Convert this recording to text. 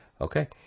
Okay